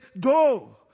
go